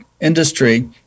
industry